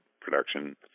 production